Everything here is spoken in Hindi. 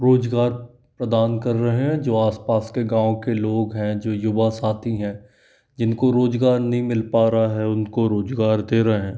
रोज़गार प्रदान कर रहे हैं जो आसपास के गाँव के लोग हैं जो युवा साथी हैं जिनको रोज़गार नहीं मिल पा रहा है उनको रोज़गार दे रहे हैं